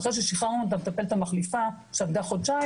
אחרי ששחררנו את המטפלת המחליפה שעבדה חודשיים,